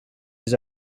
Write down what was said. his